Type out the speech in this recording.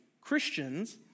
Christians